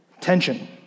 tension